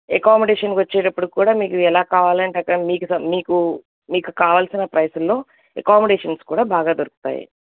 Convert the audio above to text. ఎకామడేషన్కి వచ్చేటప్పటిక్కూడా మీకు ఎలా కావాలంటే అక్కడ మీకు మీకు మీకు కావాల్సిన ప్రైసుల్లో ఎకామడేషన్స్ కూడా బాగా దొరుకుతాయి